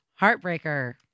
Heartbreaker